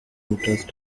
interest